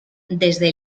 desde